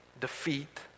defeat